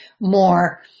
more